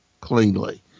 cleanly